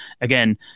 again